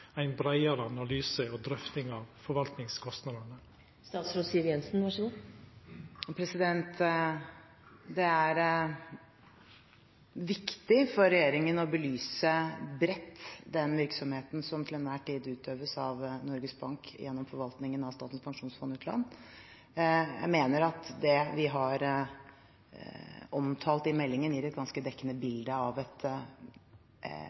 analyse og drøfting av forvaltningskostnadene. Det er viktig for regjeringen å belyse bredt den virksomheten som til enhver tid utøves av Norges Bank gjennom forvaltningen av Statens pensjonsfond utland. Jeg mener at det vi har omtalt i meldingen, gir et ganske dekkende